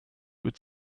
would